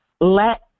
let